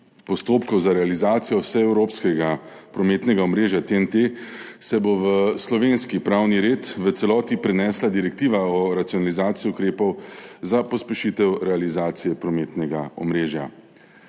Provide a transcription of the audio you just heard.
postopkov za realizacijo vseevropskega prometnega omrežja (TEN-T) se bo v slovenski pravni red v celoti prenesla direktiva o racionalizaciji ukrepov za pospešitev realizacije prometnega omrežja.